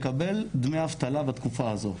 לקבל דמי אבטלה בתקופה הזאת.